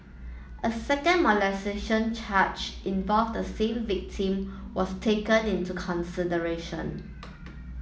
a second molestation charge involved the same victim was taken into consideration